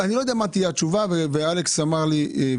בסעיף (ד) יש את ביקור נשיא ארצות הברית 4 מיליון שקלים,